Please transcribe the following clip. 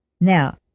Now